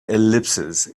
ellipses